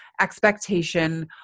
expectation